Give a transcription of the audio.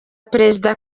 perezida